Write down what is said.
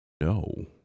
no